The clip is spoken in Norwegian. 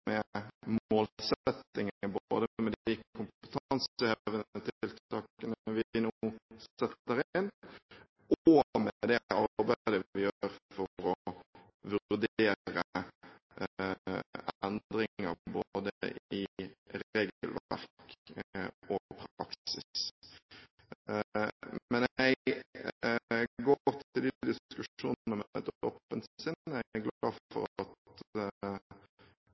målsettingen både med de kompetansehevende tiltakene vi nå setter inn, og med det arbeidet vi gjør for å vurdere endringer både i regelverk og praksis. Men jeg går til de diskusjonene med et åpent sinn. Jeg er glad for at